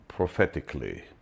prophetically